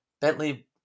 Bentley